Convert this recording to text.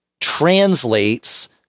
translates